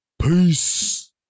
Peace